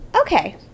okay